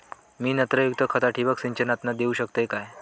मी नत्रयुक्त खता ठिबक सिंचनातना देऊ शकतय काय?